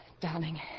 Darling